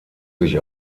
sich